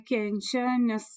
kenčia nes